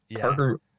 Parker